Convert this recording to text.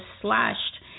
slashed